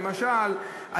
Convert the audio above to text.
למשל,